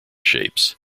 shapes